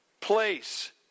place